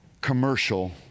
Commercial